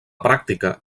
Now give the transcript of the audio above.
pràctica